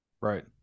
Right